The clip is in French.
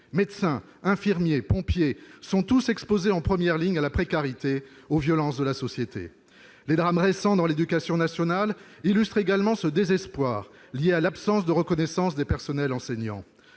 Médecins, infirmiers, pompiers sont tous exposés, en première ligne, à la précarité, aux violences de la société. Les drames récents dans l'éducation nationale illustrent également ce désespoir lié à l'absence de reconnaissance en l'occurrence des personnels enseignants.